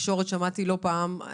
ושמעתי לא פעם גם בתקשורת,